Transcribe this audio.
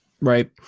right